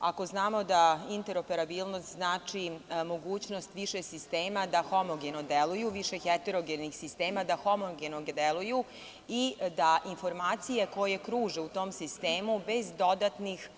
Ako znamo da interoperabilnost znači mogućnost više sistema da homogeno deluju, više heterogenih sistema da homogeno deluju i da informacije koje kruže u tom sistemu bez dodatnih